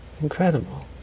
Incredible